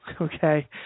okay